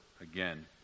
again